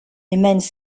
immense